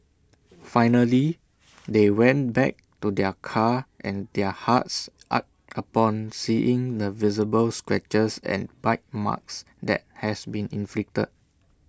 finally they went back to their car and their hearts ached upon seeing the visible scratches and bite marks that has been inflicted